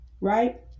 right